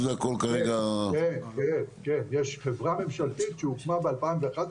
כן, יש חברה ממשלתית שהוקמה ב-2011,